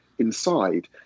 Inside